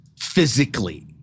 physically